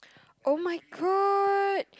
[oh]-my-god